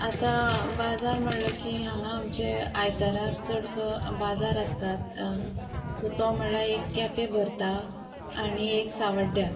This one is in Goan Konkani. आतां बाजार म्हणले की हांगा आमचे आयताराक चडसो बाजार आसतात सो तो म्हणल्यार एक कॅपें भरता आनी एक सावड्ड्या